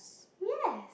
ya